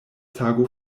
tago